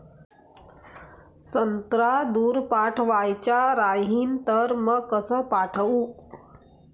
संत्रा दूर पाठवायचा राहिन तर मंग कस पाठवू?